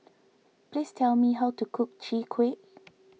please tell me how to cook Chwee Kueh